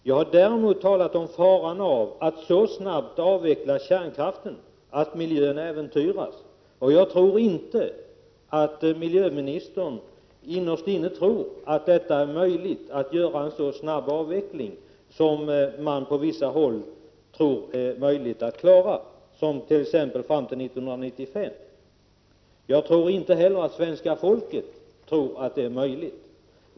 Jag har däremot talat om faran i att så snabbt avveckla kärnkraften att miljön äventyras, och jag tror inte att miljöministern innerst inne menar att det är möjligt att avveckla så snabbt som till 1995, vilket man från vissa håll gör gällande. Jag tror inte heller att svenska folket tror att det är möjligt.